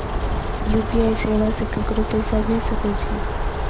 UPI सेवा से ककरो पैसा भेज सके छी?